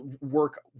work